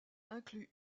inclut